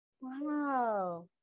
Wow